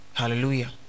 Hallelujah